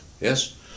Yes